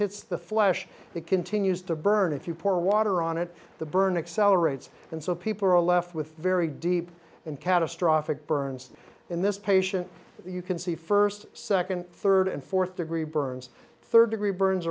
hits the flesh it continues to burn if you pour water on it the burn accelerates and so people are left with very deep and catastrophic burns in this patient you can see first second third and fourth degree burns third degree burns